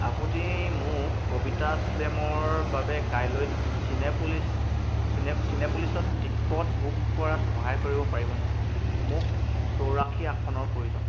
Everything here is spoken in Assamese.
আপুনি মোক কবিতা শ্লেমৰ বাবে কাইলৈ চিনেপলিচ চিনেপলিছত টিকট বুক কৰাত সহায় কৰিব পাৰিবনে মোক চৌৰাশী আসনৰ প্ৰয়োজন